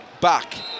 back